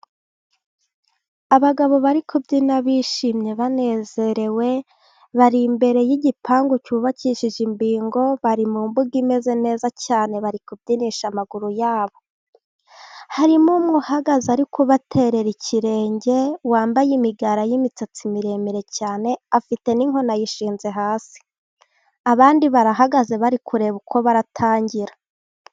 Abagabo bari kubyina bishimye banezerewe, bari imbere y'igipangu cyubakishije imbingo, bari mu mbuga imeze neza cyane ,bari kubyinisha amaguru yabo, harimo umwe uhagaze ari kubaterera ikirenge, wambaye imigara y'imisatsi miremire cyane, afite n'inkoni ayishinze hasi, abandi barahagaze bari kureba uko baratangira.